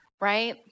right